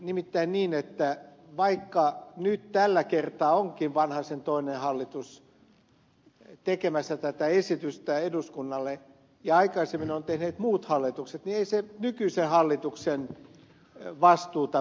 nimittäin vaikka nyt tällä kertaa onkin vanhasen toinen hallitus tekemässä tätä esitystä eduskunnalle ja aikaisemmin ovat muut hallitukset tehneet niin ei se nykyisen hallituksen vastuuta vähennä